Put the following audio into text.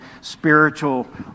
spiritual